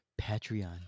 Patreon